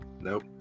Nope